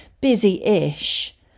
busy-ish